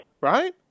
right